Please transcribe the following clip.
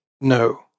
No